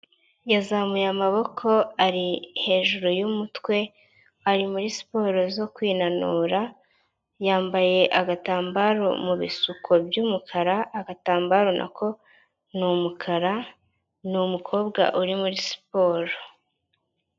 Yazamuye amaboko ari hejuru y'umutwe , ari muri siporo zo kwinanura, yambaye agatambaro mu bisuko by'umukara, agatambaro nako ni umukara. Ni umukobwa uri muri siporo.